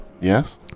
Yes